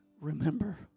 remember